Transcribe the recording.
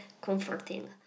comforting